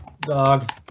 dog